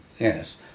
Yes